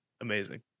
Amazing